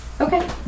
Okay